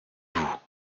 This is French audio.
vous